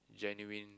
genuine